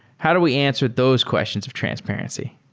how do we answer those questions of transparency?